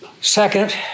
Second